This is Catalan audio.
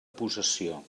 possessió